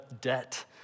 debt